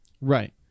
Right